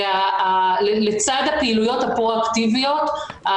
ולצד הפעילויות הפרו-אקטיביות,